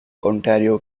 ontario